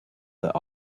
that